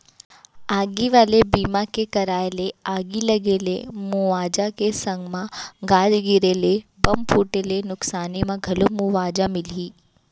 आगी वाले बीमा के कराय ले आगी लगे ले मुवाजा के संग म गाज गिरे ले, बम फूटे ले नुकसानी म घलौ मुवाजा मिलही